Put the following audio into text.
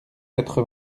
quatre